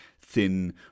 thin